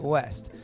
West，